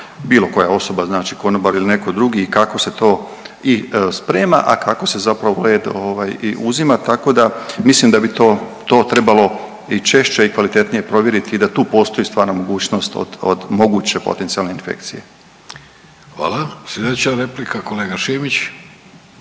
bilo koja osoba znači konobar ili neko drugi i kako se to i sprema, a kako se zapravo led i uzima, tako da mislim da bi to trebalo i češće i kvalitetnije provjeriti i da tu postoji stvarna mogućnost od moguće potencijalne infekcije. **Vidović, Davorko